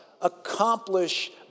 accomplish